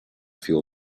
fuel